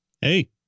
Hey